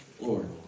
Lord